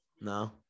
No